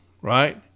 right